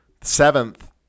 Seventh